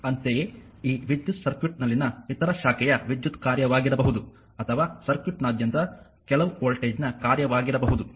ಅಂತೆಯೇ ಈ ವಿದ್ಯುತ್ ಸರ್ಕ್ಯೂಟ್ನಲ್ಲಿನ ಇತರ ಶಾಖೆಯ ವಿದ್ಯುತ್ ಕಾರ್ಯವಾಗಿರಬಹುದು ಅಥವಾ ಸರ್ಕ್ಯೂಟ್ನಾದ್ಯಂತ ಕೆಲವು ವೋಲ್ಟೇಜ್ನ ಕಾರ್ಯವಾಗಿರಬಹುದು